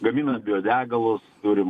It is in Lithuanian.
gaminant biodegalus turim